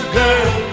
girl